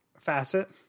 Facet